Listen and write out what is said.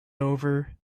over